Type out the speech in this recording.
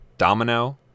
Domino